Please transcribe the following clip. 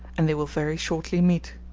and they will very shortly meet.